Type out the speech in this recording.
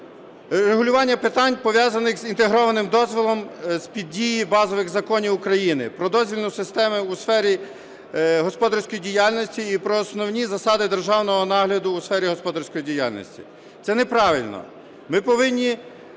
регулювання питань, пов'язаних з інтегрованим дозволом, з-під дії базових законів України "Про дозвільну систему у сфері господарської діяльності" і "Про основні засади державного нагляду (контролю) у сфері господарської діяльності". Це неправильно. Ми повинні